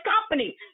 company